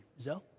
Zoe